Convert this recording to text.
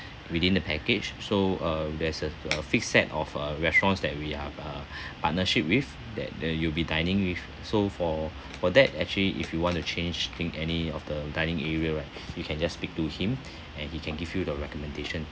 within the package so uh there's a a fixed set of uh restaurants that we are uh partnership with that that you'll be dining with so for for that actually if you want to change thing any of the dining area right you can just speak to him and he can give you the recommendation